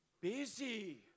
busy